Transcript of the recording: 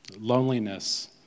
Loneliness